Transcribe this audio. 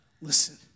listen